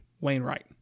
Wainwright